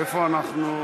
בבקשה.